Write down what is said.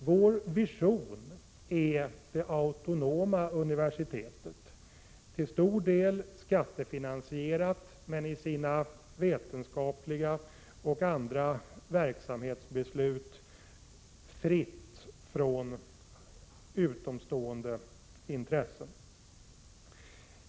Vår vision är det autonoma universitetet, till stor del skattefinansierat men i sina vetenskapliga beslut och andra verksamhetsbeslut fritt från utomstående intressen.